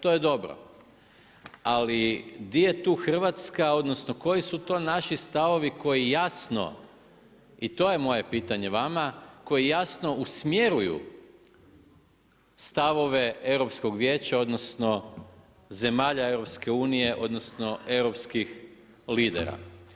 To je dobro, ali di je tu Hrvatska odnosno koji su to naši stavovi koji jasno i to je moje pitanje vama, koji jasno usmjeruju stavove Europskog vijeća, odnosno zemalja EU odnosno europskih lidera.